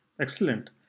Excellent